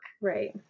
Right